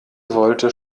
wollte